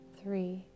three